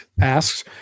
asks